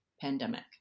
pandemic